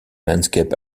landscape